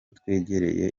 twegereye